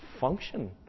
function